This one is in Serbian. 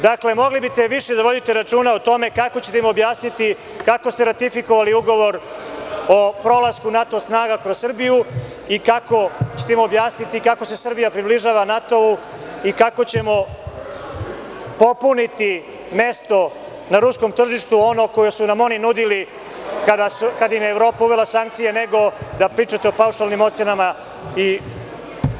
Dakle, mogli biste više da vodite računa o tome kako ćete objasniti kako ste ratifikovali ugovor o prolasku NATO snaga kroz Srbiju i kako ćete im objasniti kako se Srbija približava NATO-u i kako ćemo popuniti mesto na ruskom tržištu, ono koje su nam oni nudili kada im je Evropa uvela sankcije, nego da pričate o paušalnim ocenama…